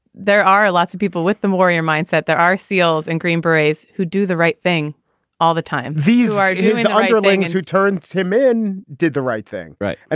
there are lots of people with them. warrior mindset. there are seals and green berets who do the right thing all the time these are the underlings who turn him in, did the right thing. right. ah